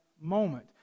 moment